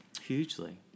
Hugely